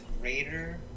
greater